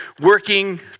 working